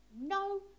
no